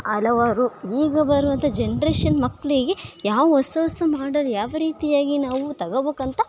ಹಲವಾರು ಈಗ ಬರುವಂಥ ಜನರೇಷನ್ ಮಕ್ಕಳಿಗೆ ಯಾವ ಹೊಸ ಹೊಸ ಮಾಡಲ್ ಯಾವ ರೀತಿಯಾಗಿ ನಾವು ತಗೋಬೇಕಂತ